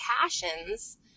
passions